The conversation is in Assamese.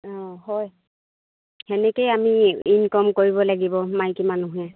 অঁ হয় তেনেকেই আমি ইনকম কৰিব লাগিব মাইকী মানুহে